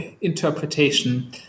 interpretation